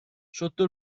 sotto